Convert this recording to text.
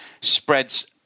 spreads